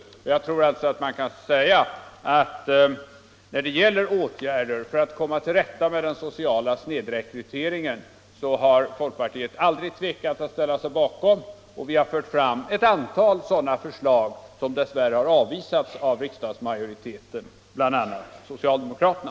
Folkpartiet har aldrig tvekat att ställa sig bakom åtgärder för att komma till rätta med den sociala snedrekryteringen, och vi har fört fram ett antal sådana förslag som dess värre har avvisats av riksdagsmajoriteten, bl.a. socialdemokraterna.